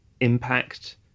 impact